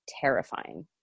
terrifying